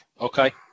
okay